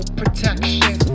protection